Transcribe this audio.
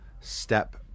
step